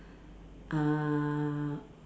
uh